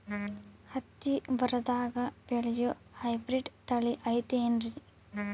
ಹತ್ತಿ ಬರದಾಗ ಬೆಳೆಯೋ ಹೈಬ್ರಿಡ್ ತಳಿ ಐತಿ ಏನ್ರಿ?